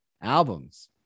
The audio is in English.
albums